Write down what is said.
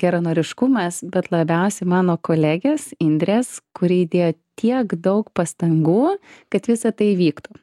geranoriškumas bet labiausiai mano kolegės indrės kuri įdėjo tiek daug pastangų kad visa tai įvyktų